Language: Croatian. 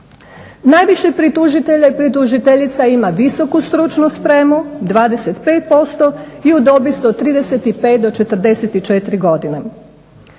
Najviše pritužitelja i pritužiteljica ima visoku stručnu spremu 25% i u dobi su od 35 do 44 godine.